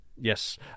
Yes